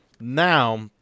Now